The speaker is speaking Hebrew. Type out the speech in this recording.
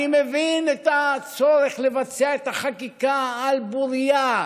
אני מבין את הצורך לבצע את החקיקה על בוריה,